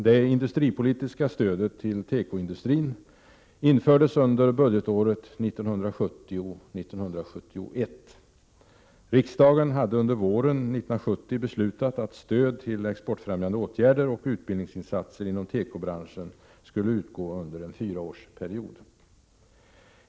Det industripolitiska stödet till tekoindustrin infördes under budgetåret 1970/71. Riksdagen hade under våren 1970 beslutat att stöd till exportfrämjande åtgärder och utbildningsinsatser inom tekobranschen skulle utgå under en fyraårsperiod.